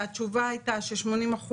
התשובה הייתה ש-80%,